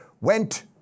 went